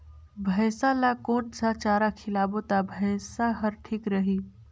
भैसा ला कोन सा चारा खिलाबो ता भैंसा हर ठीक रही?